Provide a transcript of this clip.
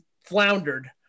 floundered